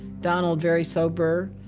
donald very sober-looking,